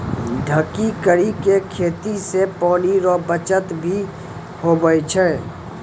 ढकी करी के खेती से पानी रो बचत भी हुवै छै